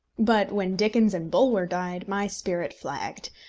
but when dickens and bulwer died, my spirit flagged,